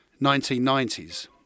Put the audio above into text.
1990s